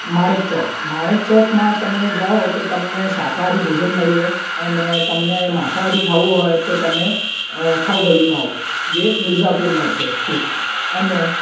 માણેક ચોક માણેક ચોકમાં તમને જાઓ તો તમને શાકાહારી ભોજન મળી રહે અને તમને માંસાહારી ખાવું હોય તો તમે ખાઉગલીમાં આવો જે મિર્ઝાપૂરમાં છે સ્થિત અને